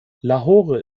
lahore